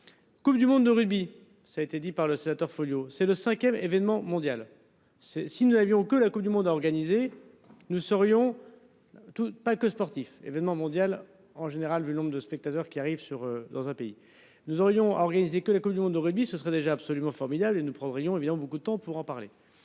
Coupe du monde de rugby. Ça a été dit par le sénateur Folio c'est le 5ème événement mondial c'est si nous avions que la Coupe du monde organisée nous serions. Tous pas que sportif événement mondial en général du nombre de spectateurs qui arrive sur dans un pays, nous aurions. Que la Coupe du monde de rugby, ce serait déjà absolument formidable et nous prendrions évidemment beaucoup de temps pour en parler